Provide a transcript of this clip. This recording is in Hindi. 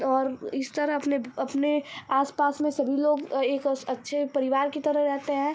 और इस तरह अपने अपने आस पास में सभी लोग एक अच्छे परिवार की तरह रहते हैं